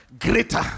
greater